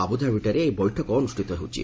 ଆବୁଧାବିଠାରେ ଏହି ବୈଠକ ଅନୁଷ୍ଠିତ ହେଉଛି